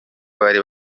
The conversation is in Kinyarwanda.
bari